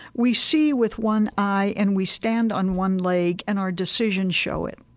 we see with one eye and we stand on one leg, and our decisions show it.